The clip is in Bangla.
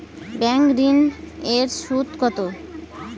ব্যাঙ্ক ঋন এর সুদ কত?